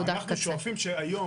אנחנו שואפים שהיום